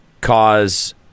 cause